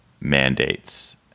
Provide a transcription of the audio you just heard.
mandates